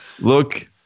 Look